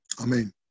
Amen